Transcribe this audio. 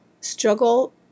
struggle